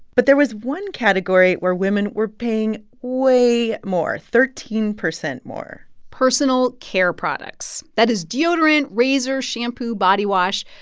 but there was one category where women were paying way more thirteen percent more personal care products that is deodorant, razor, shampoo, body wash.